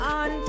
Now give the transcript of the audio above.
on